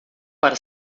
para